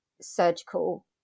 surgical